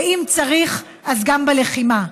ואם צריך אז גם בלחימה,